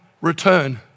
return